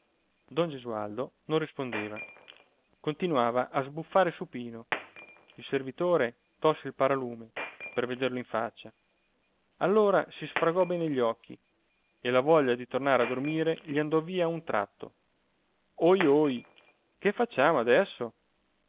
don gesualdo non rispondeva continuava a sbuffare supino il servitore tolse il paralume per vederlo in faccia allora si fregò bene gli occhi e la voglia di tornare a dormire gli andò via a un tratto ohi ohi che facciamo adesso